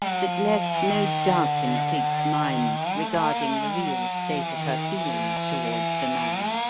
that left no doubt in cleek's mind regarding the real state of her feelings towards the man.